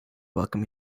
welcome